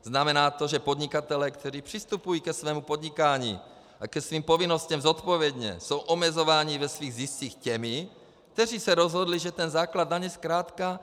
Znamená to, že podnikatelé, kteří přistupují ke svému podnikání, ke svým povinnostem zodpovědně, jsou omezováni ve svých ziscích těmi, kteří se rozhodli, že ten základ daně zkrátka takzvaně poladí.